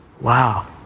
wow